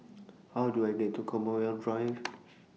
How Do I get to Commonwealth Drive